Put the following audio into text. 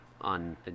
on